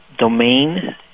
Domain